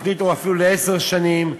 או אפילו תוכנית לעשר שנים,